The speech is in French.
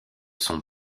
son